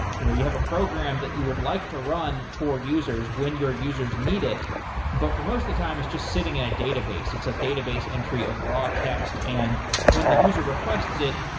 you know you have a program that you would like to run for users when your users need it but for most of the time, it's just sitting in a database. it's a database entry of raw text and when the user requests it,